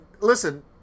listen